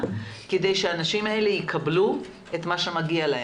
כדי שהאנשים האלה יקבלו את מה שמגיע להם,